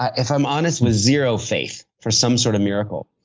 if i'm honest, with zero faith for some sort of miracle.